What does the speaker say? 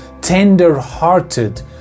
tender-hearted